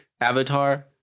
Avatar